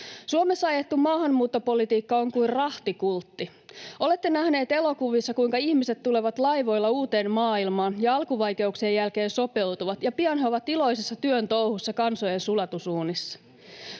Suomessa ajettu maahanmuuttopolitiikka on kuin rahtikultti. Olette nähneet elokuvissa, kuinka ihmiset tulevat laivoilla uuteen maailmaan ja alkuvaikeuksien jälkeen sopeutuvat, ja pian he ovat iloisessa työn touhussa kansojen sulatusuunissa.